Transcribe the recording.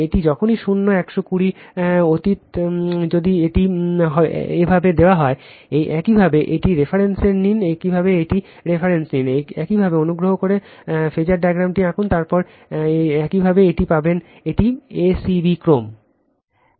এটি যখনই শূন্য 120 ব্যতীত যদি এটি এভাবে দেওয়া হয় একইভাবে একটি রেফারেন্স নিন একইভাবে একটি রেফারেন্স নিন একইভাবে অনুগ্রহ করে অনুগ্রহ করে ফ্যাসার ডায়াগ্রামটি আঁকুন তারপর একইভাবে এটি পাবেন এটি a c b ক্রম